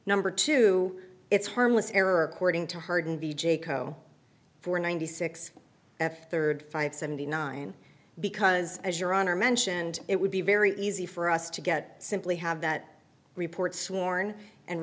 number two it's harmless error according to harden the jayco for ninety six f third five seventy nine because as your honor mentioned it would be very easy for us to get simply have that report sworn and